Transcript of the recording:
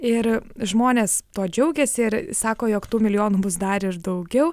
ir žmonės tuo džiaugiasi ir sako jog tų milijonų bus dar ir daugiau